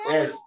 Yes